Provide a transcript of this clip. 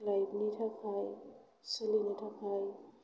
लाइफनि थाखाय सोलिनो थाखाय